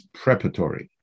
preparatory